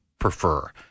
prefer